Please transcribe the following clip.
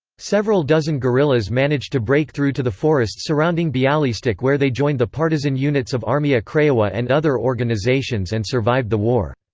several dozen guerrillas managed to break through to the forests surrounding bialystok where they joined the partisan units of armia krajowa and other organisations and survived the war.